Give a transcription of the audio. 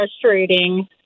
frustrating